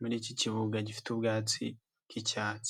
muri iki kibuga gifite ubwatsi bw'icyatsi.